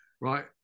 Right